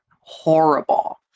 horrible